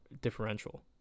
differential